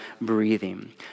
breathing